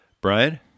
brian